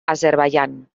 azerbaidjan